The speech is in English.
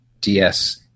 DS